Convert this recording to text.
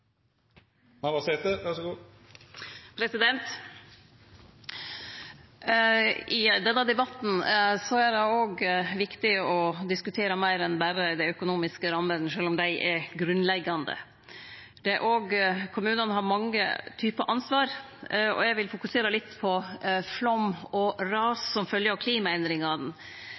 viktig å diskutere meir enn berre dei økonomiske rammene, sjølv om dei er grunnleggjande. Kommunane har mange typar ansvar, og eg vil fokusere litt på flaum og ras som følgje av klimaendringane,